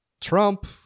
Trump